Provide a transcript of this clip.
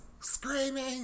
screaming